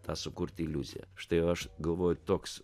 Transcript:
tą sukurti iliuziją štai aš galvoju toks